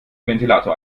ventilator